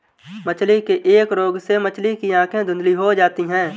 मछली के एक रोग से मछली की आंखें धुंधली हो जाती है